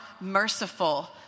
merciful